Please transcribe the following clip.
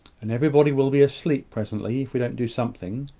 and everybody will be asleep presently if we don't do something.